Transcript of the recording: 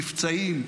נפצעים,